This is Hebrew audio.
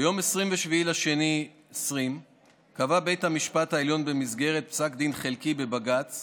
ביום 27 בפברואר 2020 קבע בית המשפט העליון במסגרת פסק דין חלקי בבג"ץ